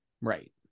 right